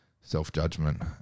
self-judgment